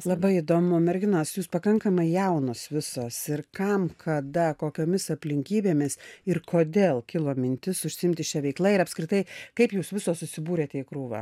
labai įdomu merginos jūs pakankamai jaunos visos ir kam kada kokiomis aplinkybėmis ir kodėl kilo mintis užsiimti šia veikla ir apskritai kaip jūs visos susibūrėte į krūvą